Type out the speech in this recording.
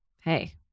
hey